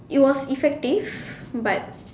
it was effective but